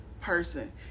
person